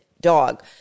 dog